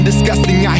Disgusting